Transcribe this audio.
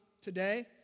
today